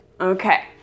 okay